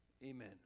Amen